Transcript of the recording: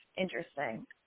Interesting